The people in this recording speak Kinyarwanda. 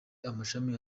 amashami